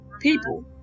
people